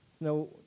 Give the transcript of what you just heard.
No